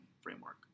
framework